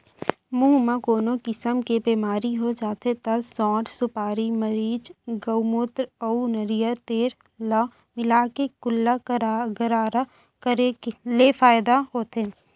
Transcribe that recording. मुंह म कोनो किसम के बेमारी हो जाथे त सौंठ, सुपारी, मरीच, गउमूत्र अउ नरियर तेल ल मिलाके कुल्ला गरारा करे ले फायदा होथे